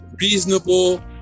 reasonable